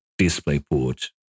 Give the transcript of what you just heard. DisplayPort